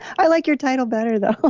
i like your title better though